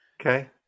Okay